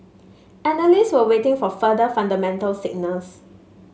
analysts were waiting for further fundamental signals